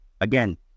again